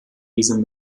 diesem